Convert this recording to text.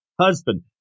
husband